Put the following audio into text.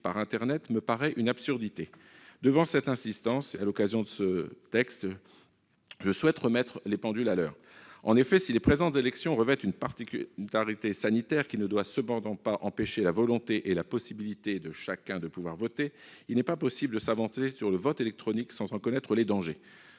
par internet me paraît une absurdité. » Devant une telle insistance, ce texte me donne l'occasion de remettre les pendules à l'heure. Si les présentes élections revêtent une particularité sanitaire qui ne doit cependant pas empêcher la volonté et la possibilité de chacun de voter, il n'est pas possible de s'avancer sur le vote électronique sans en connaître les dangers.